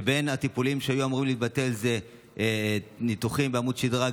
ובין הטיפולים שהיו אמורים להתבטל: ניתוחים בעמוד שדרה,